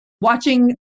watching